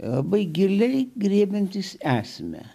labai giliai griebiantys esmę